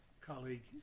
colleague